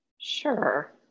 sure